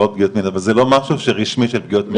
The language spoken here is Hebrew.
אבל זה לא משהו רשמי של נפגעות מין.